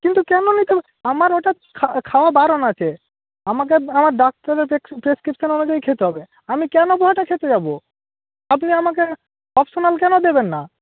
কিন্তু কেন নিতে আমার ওটা খাওয়া বারণ আছে আমাকে আমার ডাক্তারের প্রেসক্রিপশান অনুযায়ী খেতে হবে আমি কেন পোহাটা খেতে যাবো আপনি আমাকে অপশানাল কেন দেবেন না